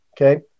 okay